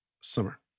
summer